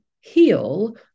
heal